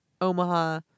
Omaha